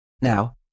Now